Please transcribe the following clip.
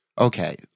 Okay